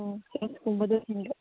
ꯎꯝ